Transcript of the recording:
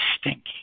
stinky